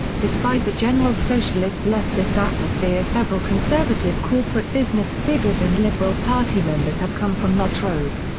despite the general socialist leftist atmosphere several conservative corporate business figures and liberal party members have come from la trobe.